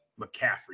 McCaffrey